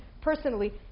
personally